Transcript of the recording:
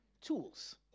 tools